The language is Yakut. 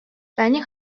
таня